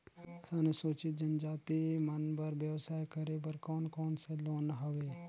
अनुसूचित जनजाति मन बर व्यवसाय करे बर कौन कौन से लोन हवे?